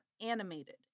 animated